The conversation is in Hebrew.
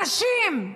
הנשים,